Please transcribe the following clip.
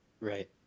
Right